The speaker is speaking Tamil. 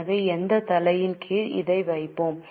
எனவே எந்த தலையின் கீழ் இதை வைப்போம்